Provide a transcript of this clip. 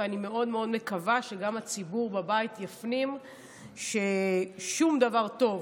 ואני מאוד מאוד מקווה שגם הציבור בבית יפנים ששום דבר טוב